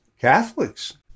Catholics